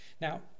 Now